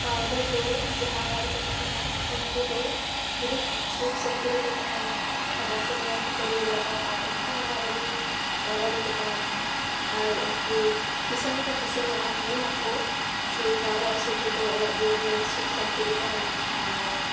ᱯᱟᱣᱨᱟ ᱫᱚ ᱡᱟᱦᱟᱸ ᱚᱲᱟᱜ ᱨᱮᱠᱚ ᱛᱟᱦᱮᱱᱟ ᱩᱱᱠᱩ ᱫᱚ ᱟᱹᱰᱤ ᱥᱩᱠ ᱥᱟᱱᱛᱤ ᱨᱮᱠᱚ ᱛᱟᱦᱮᱱᱟ ᱢᱟᱱᱮ ᱵᱟᱠᱚ ᱱᱮᱭᱟᱣ ᱠᱷᱟᱹᱯᱟᱹᱨᱤ ᱵᱟᱲᱟᱜᱼᱟ ᱟᱨ ᱚᱱᱠᱟᱱ ᱚᱲᱟᱜ ᱨᱮᱜᱮ ᱯᱟᱣᱨᱟ ᱫᱚᱠᱚ ᱛᱟᱦᱮᱱᱟ ᱟᱨ ᱩᱱᱠᱩ ᱠᱤᱥᱟᱹᱲ ᱦᱚᱸᱠᱚ ᱠᱤᱥᱟᱹᱲᱚᱜᱼᱟ ᱢᱮᱱᱟᱠᱚ ᱡᱮ ᱯᱟᱣᱨᱟ ᱟᱹᱥᱩᱞ ᱛᱮᱫᱚ ᱚᱲᱟᱜ ᱫᱩᱣᱟᱹᱨ ᱨᱮ ᱥᱩᱠ ᱥᱟᱱᱛᱤ ᱜᱮ ᱛᱟᱦᱮᱱᱟ ᱟᱨ